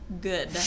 Good